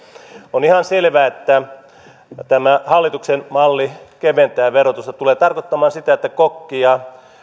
on ihan selvää että tämä hallituksen malli keventää verotusta tulee tarkoittamaan sitä että kokki ja